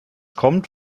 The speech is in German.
kommt